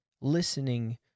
listening